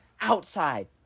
outside